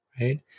right